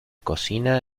cocina